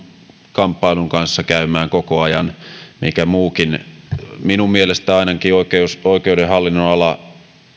kamppailun käymään koko ajan minkä muutkin ainakin minun mielestäni oikeuden hallinnonala